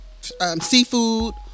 seafood